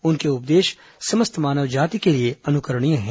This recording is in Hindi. उनके उपदेश समस्त मानव जाति के लिए अनुकरणीय हैं